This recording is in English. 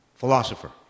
philosopher